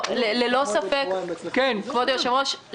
כבוד היושב-ראש,